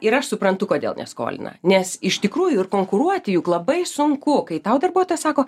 ir aš suprantu kodėl neskolina nes iš tikrųjų ir konkuruoti juk labai sunku kai tau darbuotojas sako